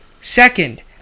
Second